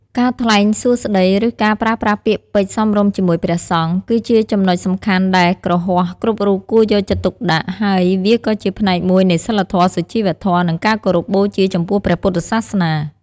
ការថ្លែងសូរស្តី ឬការប្រើប្រាស់ពាក្យពេចន៍សមរម្យជាមួយព្រះសង្ឃ គឺជាចំណុចសំខាន់ដែលគ្រហស្ថគ្រប់រូបគួរយកចិត្តទុកដាក់ ហើយវាក៏ជាផ្នែកមួយនៃសីលធម៌ សុជីវធម៌ និងការគោរពបូជាចំពោះព្រះពុទ្ធសាសនា។